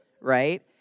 right